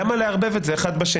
למה לערבב את זה אחד בשני?